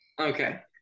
Okay